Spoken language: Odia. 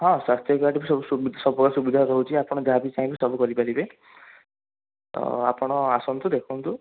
ହଁ ସ୍ୱାସ୍ଥ୍ୟ କାର୍ଡ଼ରୁ ସବୁ ସୁବିଧା ରହୁଛି ଆପଣ ଯାହାବି ଚାହିଁବେ ସବୁ କରିପାରିବେ ତ ଆପଣ ଆସନ୍ତୁ ଦେଖନ୍ତୁ